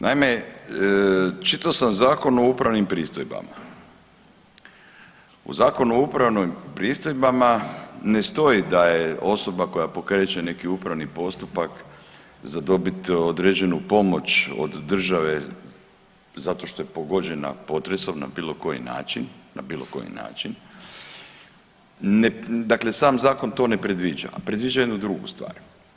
Naime, čitao sam Zakon o upravnim pristojbama u Zakonu o upravnim pristojbama ne stoji da je osoba koja pokreće neki upravni postupak za dobit određenu pomoć od države zato što je pogođena potresom na bilo koji način, na bilo koji način, dakle sam zakon to ne predviđa, a predviđa jednu drugu stvar.